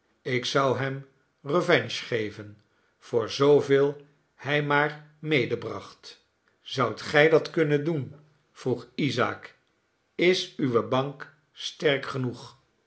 ik zou hem revenge geven voor zooveel hij maar medebracht zoudt gij dat kunnen doen vroeg isaak is uwe bank sterk genoeg